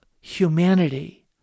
humanity